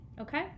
okay